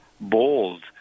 bold